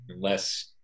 less